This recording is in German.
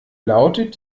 lautet